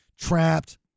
trapped